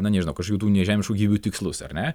na nežinau kažkokių tų nežemiškų gyvybių tikslus ar ne